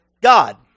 God